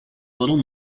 little